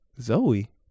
Zoe